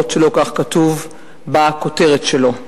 אף שלא כך כתוב בכותרת שלו.